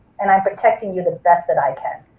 and i'm protecting you the best that i can,